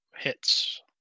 Hits